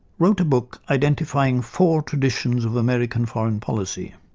wrote a book identifying four traditions of american foreign policy,